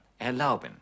erlauben